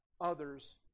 others